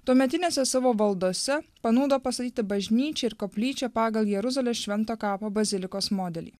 tuometinėse savo valdose panūdo pastatyti bažnyčią ir koplyčią pagal jeruzalės švento kapo bazilikos modelį